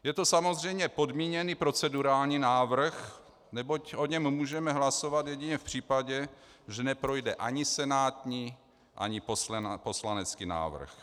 Je to samozřejmě podmíněný procedurální návrh, neboť o něm můžeme hlasovat jedině v případě, že neprojde ani senátní ani poslanecký návrh.